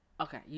Okay